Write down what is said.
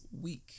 week